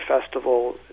festival